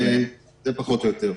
זה פחות או יותר.